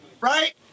right